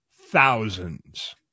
thousands